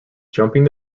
jumping